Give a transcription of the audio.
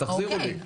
תחזירו לי.